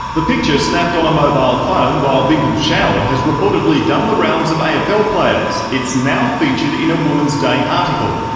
the picture snapped on a mobile phone while bingle showered has reportedly done the rounds of afl players. it's now featured in a woman's day article,